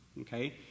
Okay